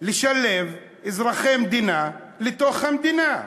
לשלב אזרחי מדינה בתוך המדינה?